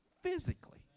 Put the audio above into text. physically